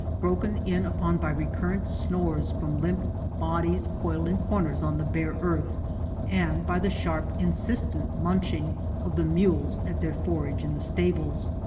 broken in upon by recurrent snores from limp bodies coiled in corners on the bare earth and by the sharp, insistent munching of the mules at their forage in the stables.